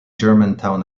germantown